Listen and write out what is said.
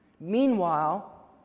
Meanwhile